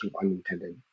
unintended